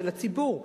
של הציבור,